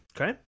Okay